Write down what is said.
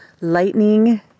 lightning